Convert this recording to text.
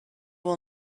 will